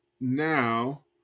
now